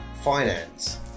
Finance